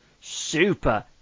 super